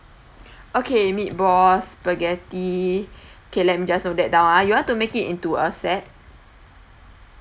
okay meatballs spaghetti okay let me just noted that down ah you want to make it into a set